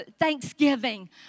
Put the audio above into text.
thanksgiving